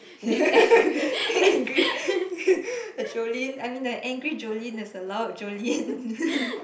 angry Joelyn I mean a angry Joelyn is a loud Joelyn